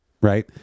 right